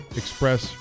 express